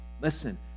listen